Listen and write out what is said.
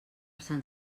sant